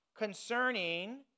concerning